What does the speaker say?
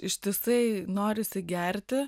ištisai norisi gerti